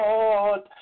Lord